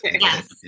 Yes